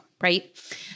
right